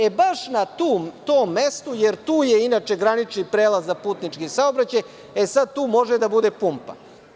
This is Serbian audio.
E, baš na tom mestu, jer tu je inače granični prelaz za putnički saobraćaj, e sad tu može da bude pumpa.